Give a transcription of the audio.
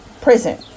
prison